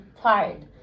tired